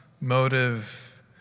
motive